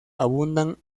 abundan